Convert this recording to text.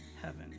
heaven